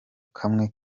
kamwe